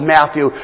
Matthew